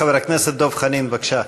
חבר הכנסת דב חנין, בבקשה.